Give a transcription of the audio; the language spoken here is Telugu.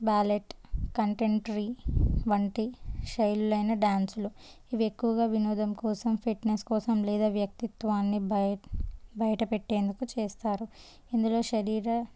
బ్యాలెట్ కంటెంపరీ వంటి శైలులైన డ్యాన్సులు ఇవి ఎక్కువగా వినోదం కోసం ఫిట్నెస్ కోసం లేదా వ్యక్తిత్వాన్ని బయ బయట పెెట్టేందుకు చేస్తారు ఇందులో శరీర